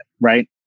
right